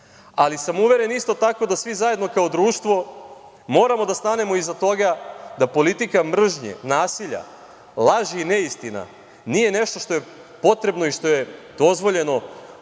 sam isto tako da svi zajedno kao društvo moramo da stanemo iza toga da politika mržnje, nasilja, laži i neistina nije nešto što je potrebno i što je dozvoljeno